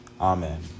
Amen